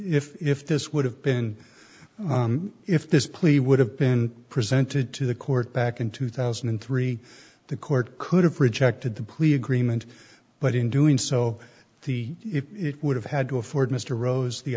if if this would have been if this plea would have been presented to the court back in two thousand and three the court could have rejected the plea agreement but in doing so the it would have had to afford mr rose the